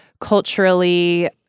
culturally